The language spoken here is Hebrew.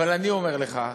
אבל אני אומר לך,